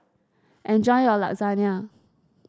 enjoy your Lasagne